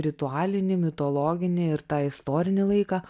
ritualinį mitologinį ir tą istorinį laiką